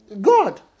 God